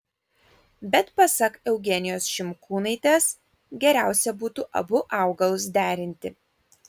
bet pasak eugenijos šimkūnaitės geriausia būtų abu augalus derinti